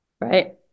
Right